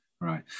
right